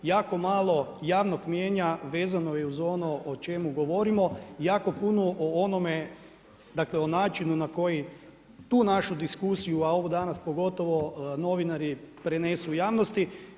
Jako malo javnog mnijenja vezano je uz ono o čemu govorimo jako puno o onome, dakle o načinu na koji tu našu diskusiju, a ovu danas pogotovo novinari prenesu javnosti.